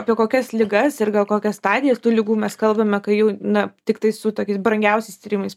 apie kokias ligas ir gal kokias stadijas tų ligų mes kalbame kai jau na tiktai su tokiais brangiausiais tyrimais